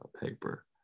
paper